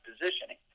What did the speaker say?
positioning